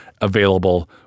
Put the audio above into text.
available